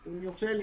אם יורשה לי,